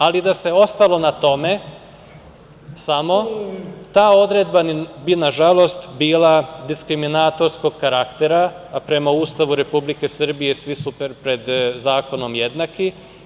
Ali, da se ostalo na tome samo, ta odredba bi nažalost bila diskriminatorskog karaktera, a prema Ustavu Republike Srbije svi su pred zakonom jednaki.